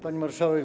Pani Marszałek!